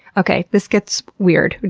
okay, this gets weird,